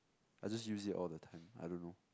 I just use it all the time I don't know